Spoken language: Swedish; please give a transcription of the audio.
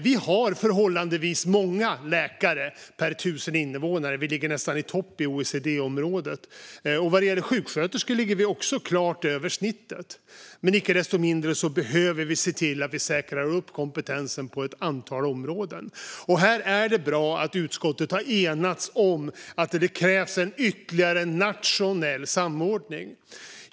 Vi har förhållandevis många läkare per 1 000 invånare; vi ligger nästan i topp i OECD-området. Vad gäller sjuksköterskor ligger vi också klart över snittet. Men icke desto mindre behöver vi se till att vi säkrar kompetensen på ett antal områden. Här är det bra att utskottet har enats om att det krävs ytterligare nationell samordning.